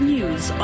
News